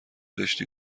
داشتی